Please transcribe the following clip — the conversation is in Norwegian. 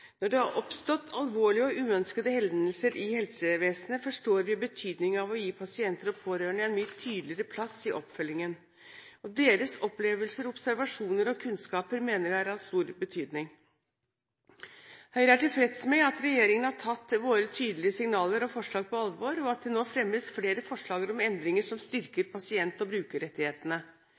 Når det har oppstått alvorlige og uønskede hendelser i helsevesenet, forstår vi betydningen av å gi pasienter og pårørende en mye tydeligere plass i oppfølgingen. Deres opplevelser, observasjoner og kunnskaper mener vi er av stor betydning. Vi i Høyre er tilfreds med at regjeringen har tatt våre tydelige signaler og forslag på alvor, og at det nå fremmes flere forslag til endringer som styrker pasient- og brukerrettighetene.